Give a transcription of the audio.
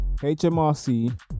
HMRC